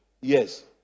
yes